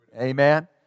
Amen